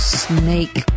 snake